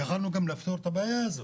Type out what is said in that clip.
יכלנו גם לפתור את הבעיה הזאת.